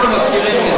אנחנו מכירים,